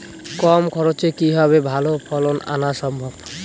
কম খরচে কিভাবে ভালো ফলন আনা সম্ভব?